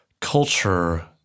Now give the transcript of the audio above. culture